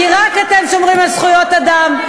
כי רק אתם שומרים על זכויות אדם.